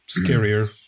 scarier